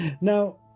Now